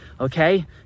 okay